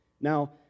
Now